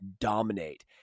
dominate